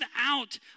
out